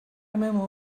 memo